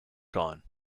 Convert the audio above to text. gone